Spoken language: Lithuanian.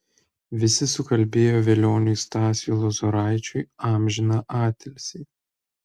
visi sukalbėjo velioniui stasiui lozoraičiui amžiną atilsį